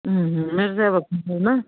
मेरो चाहिँ अब छैन